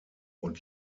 und